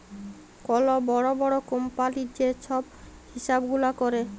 call বড় বড় কম্পালির যে ছব হিছাব গুলা ক্যরে